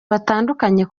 batandukanye